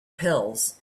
pills